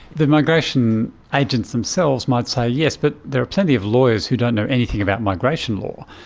the migration agents themselves might say, yes, but there are plenty of lawyers who don't know anything about migration law.